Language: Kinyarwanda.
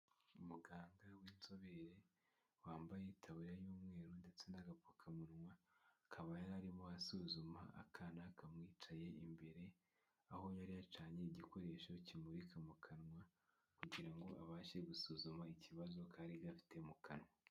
Umuganga w'inzobere wambaye itaburiya y'umweru ndetse n'agapfukamunwa, akaba yari arimo asuzuma akana kamwicaye imbere, aho yari yacanye igikoresho kimurika mu kanwa kugira ngo abashe gusuzuma ikibazo kari gafite mu kanwa.